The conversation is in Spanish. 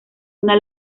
una